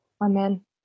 Amen